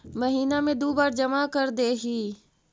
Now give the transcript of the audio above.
महिना मे दु बार जमा करदेहिय?